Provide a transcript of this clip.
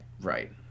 Right